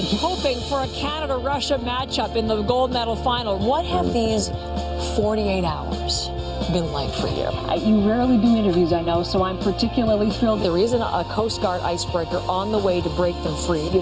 hoping for a canada-russia matchup in the the gold-medal final. what have these forty eight hours been like for you? you rarely do interviews, i know, so i'm particularly thrilled. there isn't ah a coast guard ice-breaker on the way to break them free.